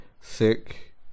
Sick